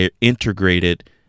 integrated